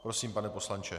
Prosím, pane poslanče.